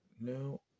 no